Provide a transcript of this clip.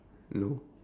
no